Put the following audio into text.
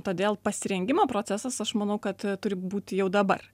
todėl pasirengimo procesas aš manau kad turi būti jau dabar